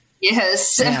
Yes